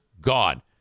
Gone